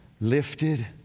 Lifted